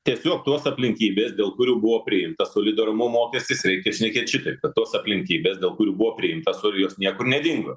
tiesiog tos aplinkybės dėl kurių buvo priimtas solidarumo mokestis reikia šnekėt šitaip kad tos aplinkybės dėl kurių buvo priimtas ir jos niekur nedingo